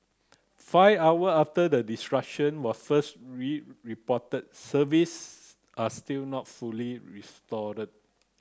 five hour after the disruption was first reported services are still not fully restored